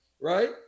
Right